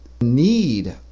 need